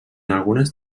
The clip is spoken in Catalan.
algunes